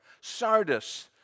Sardis